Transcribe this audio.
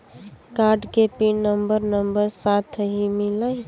Card के PIN number number साथही मिला?